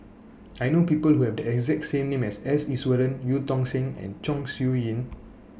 I know People Who Have The exact name as S Iswaran EU Tong Sen and Chong Siew Ying